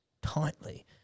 tightly